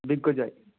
বিজ্ঞজয়